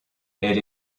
elle